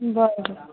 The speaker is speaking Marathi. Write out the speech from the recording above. बरं